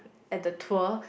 at the tour